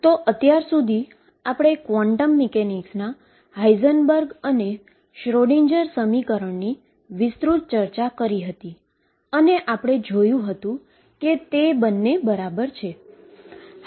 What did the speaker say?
તો અત્યાર સુધી આપણે ક્વોન્ટમ મિકેનિક્સના હાઇઝનબર્ગ અને શ્રોડિંજરSchrödinger સમીકરણની વિસ્તૃત ચર્ચા કરી હતી અને જે આપણે જોયુ હતું તે એ છે કે તે બંને બરાબર છે